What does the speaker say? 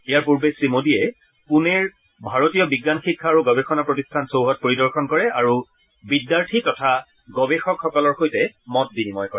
ইয়াৰ পূৰ্বে শ্ৰীমোডীয়ে পুনেৰ ভাৰতীয় বিজ্ঞান শিক্ষা আৰু গৱেষণা প্ৰতিষ্ঠান চৌহদ পৰিদৰ্শন কৰে আৰু বিদ্যাৰ্থী তথা গৱেষকসকলৰ সৈতে মত বিনিময় কৰে